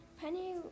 Penny